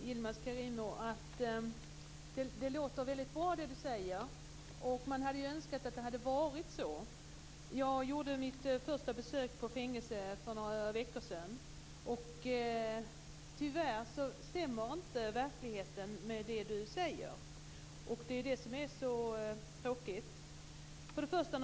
Fru talman! Det Yilmaz Kerimo säger låter väldigt bra, och man hade önskat att det hade varit sant. Jag gjorde mitt första besök på fängelse för några veckor sedan. Tyvärr stämmer inte verkligheten med det han säger. Det är det som är så tråkigt.